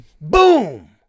Boom